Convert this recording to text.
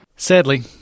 Sadly